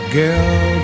girl